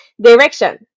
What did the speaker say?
direction